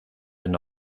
and